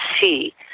see